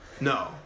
No